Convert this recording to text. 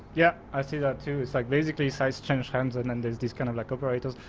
yeah, i see that too. it's like basically size change hands. and and there's this kind of like operators,